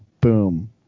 boom